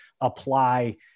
apply